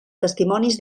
testimonis